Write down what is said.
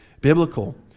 biblical